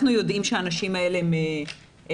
אנחנו יודעים שהאנשים האלה הם מגעים